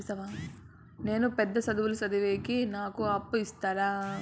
నేను పెద్ద చదువులు చదివేకి నాకు అప్పు ఇస్తారా